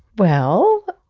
well